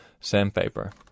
sandpaper